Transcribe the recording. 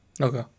Okay